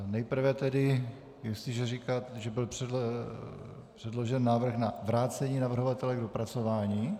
Nejprve tedy, jestliže říkáte, že byl předložen návrh na vrácení navrhovateli k dopracování?